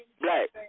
black